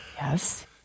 Yes